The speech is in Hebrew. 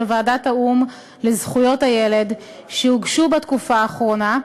ועדת האו"ם לזכויות הילד שהוגשו בתקופה האחרונה,